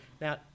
Now